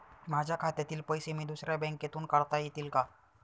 माझ्या खात्यातील पैसे मी दुसऱ्या बँकेतून काढता येतील का?